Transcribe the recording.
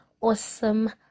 awesome